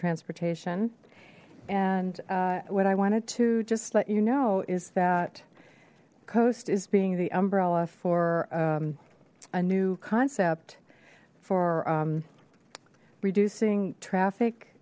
transportation and what i wanted to just let you know is that coast is being the umbrella for a new concept for reducing traffic